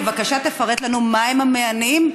בבקשה פרט לנו מהם המענים,